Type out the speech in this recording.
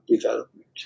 development